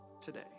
today